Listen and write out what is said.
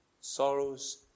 sorrows